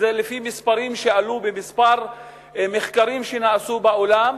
לפי מספרים שעלו בכמה מחקרים שנעשו בעולם,